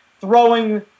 throwing